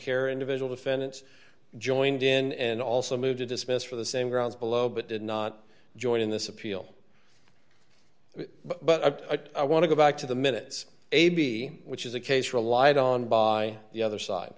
care individual defendants joined in and also moved to dismiss for the same grounds below but did not join in this appeal but i want to go back to the minutes a b which is a case relied on by the other side